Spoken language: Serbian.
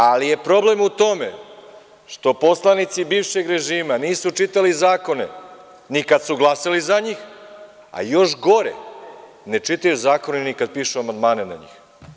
Ali, problem je u tome što poslanici bivšeg režima nisu čitali zakone ni kad su glasali za njih, a još gore, ne čitaju zakone ni kada pišu amandmane na njih.